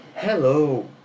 Hello